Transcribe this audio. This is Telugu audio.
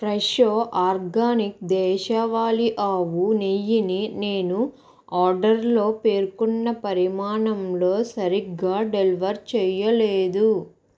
ఫ్రెషో ఆర్గానిక్ దేశవాళీ ఆవు నెయ్యిని నేను ఆర్డర్లో పేర్కొన్న పరిమాణంలో సరిగ్గా డెలివర్ చేయలేదు